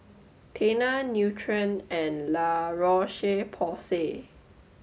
Tena Nutren and La Roche Porsay